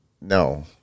no